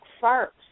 first